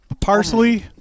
parsley